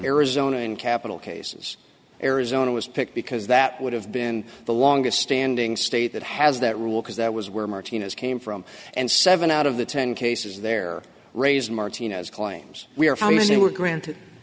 arizona in capital cases arizona was picked because that would have been the longest standing state that has that rule because that was where martinez came from and seven out of the ten cases there raised martinez claims we are how many were granted